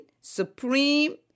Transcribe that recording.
supreme